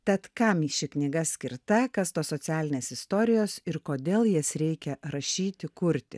tad kam ši knyga skirta kas tos socialinės istorijos ir kodėl jas reikia rašyti kurti